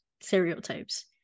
stereotypes